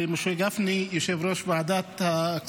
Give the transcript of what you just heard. יושב-ראש ועדת הפנים,